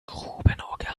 grubenorgan